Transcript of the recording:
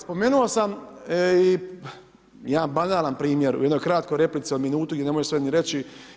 Spomenuo sam i jedan banalan primjer u jednoj kratkoj replici od minutu i ne mogu sve ni reći.